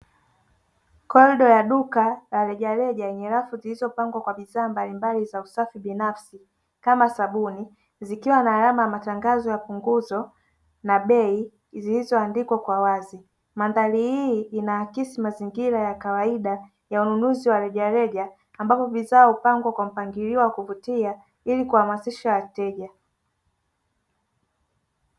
Korido la duka la rejareja lenye rafu zilizopangwa kwa bidhaa mbalimbali za usafi binafsi kama sabuni, zikiwa na alama za matangazo ya punguzo la bei zilizoandikwa kwa wazi. Mandhari hii inaakisi mazingira ya kawaida ya ununuzi wa rejareja ambapo bidhaa hupangwa kwa mpangilio wa kuvutia ili kuhamasisha wateja.